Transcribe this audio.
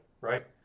right